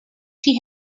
she